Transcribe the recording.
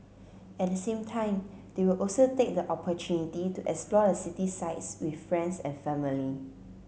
at the same time they will also take the opportunity to explore the city sights with friends and family